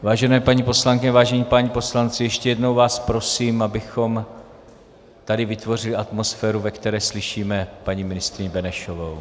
Vážené paní poslankyně, vážení páni poslanci, ještě jednou vás prosím, abychom tady vytvořili atmosféru, ve které slyšíme paní ministryni Benešovou.